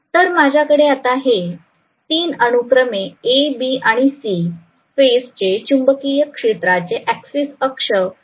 तर माझ्याकडे आता हे 3 अनुक्रमे AB आणि C फेज चे चुंबकीय क्षेत्राचे ऍक्सिस अक्ष म्हणून आहेत